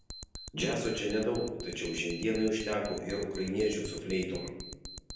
džiazo čia nedaug tačiau šiandienai užteko ir ukrainiečių su fleitom